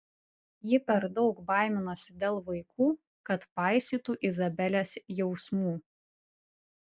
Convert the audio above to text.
ji per daug baiminosi dėl vaikų kad paisytų izabelės jausmų